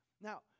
Now